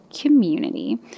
community